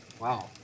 Wow